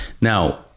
Now